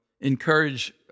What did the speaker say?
encourage